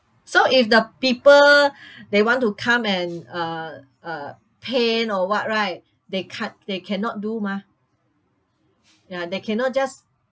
so if the people they want to come and uh uh paint or what right they ca~ they cannot do mah ya they cannot just